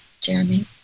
Jeremy